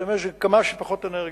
להשתמש בכמה שפחות אנרגיה.